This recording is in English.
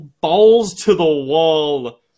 balls-to-the-wall